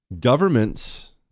Governments